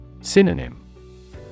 Synonym